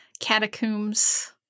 catacombs